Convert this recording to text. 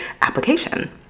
application